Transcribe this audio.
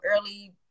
early